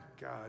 God